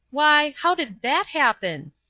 why, how did that happen?